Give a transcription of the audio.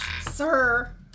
sir